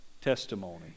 testimony